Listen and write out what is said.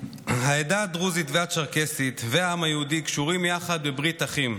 העדה הדרוזית והצ'רקסית והעם היהודי קשורים יחד בברית אחים,